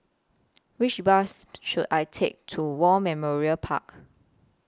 Which Bus should I Take to War Memorial Park